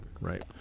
right